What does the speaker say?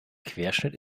querschnitt